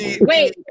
Wait